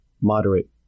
moderate